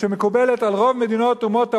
שמקובלת על רוב מדינות אומות העולם,